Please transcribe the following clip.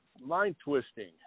mind-twisting